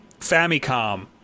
Famicom